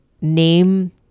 name